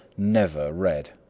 never read.